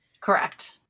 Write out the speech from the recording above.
Correct